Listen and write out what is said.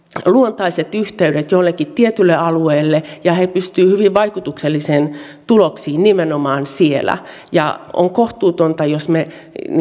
luontaiset yhteydet joillekin tietyille alueille ja he pystyvät hyvin vaikutuksellisiin tuloksiin nimenomaan siellä on kohtuutonta jos me